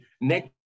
next